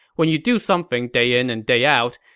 when you do something day in and day out,